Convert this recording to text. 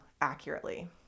accurately